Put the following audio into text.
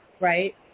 right